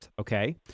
okay